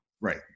Right